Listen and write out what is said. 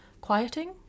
quieting